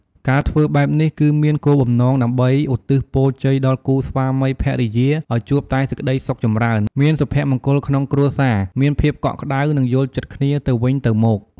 ការធ្វើបែបនេះគឺមានគោលបំណងដើម្បីឧទ្ទិសពរជ័យដល់គូស្វាមីភរិយាឲ្យជួបតែសេចក្តីសុខចម្រើន មានសុភមង្គលក្នុងគ្រួសារ មានភាពកក់ក្តៅ និងយល់ចិត្តគ្នាទៅវិញទៅមក។